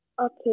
Okay